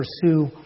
pursue